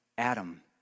Adam